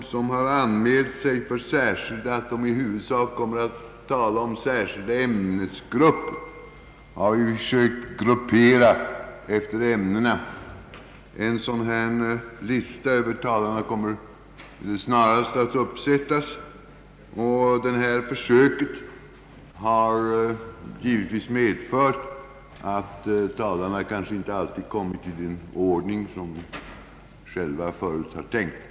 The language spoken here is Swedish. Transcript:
Därefter kommer de som har anmält att de i huvudsak skall tala om särskilda ämnesgrupper, och vi har försökt att gruppera dem efter ämnena. En lista över talarna kommer snarast att uppsättas. Detta system har givetvis medfört att talarna kanske inte alltid kommer i den turordning som de själva hade tänkt sig.